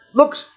looks